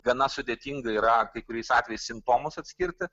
gana sudėtinga yra kai kuriais atvejais simptomus atskirti